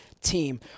team